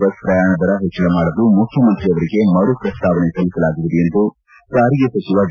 bus ಪ್ರಯಾಣ ದರ ಹೆಚ್ಚಳ ಮಾಡಲು ಮುಖ್ಯಮಂತ್ರಿಯವರಿಗೆ ಮರು ಪ್ರಸ್ತಾವನೆ ಸಲ್ಲಿಸಲಾಗುವುದು ಎಂದು ಸಾರಿಗೆ ಸಚಿವ ಡಿ